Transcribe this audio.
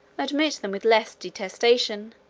admit them with less detestation